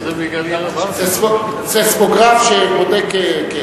סיסמוגרף שבודק.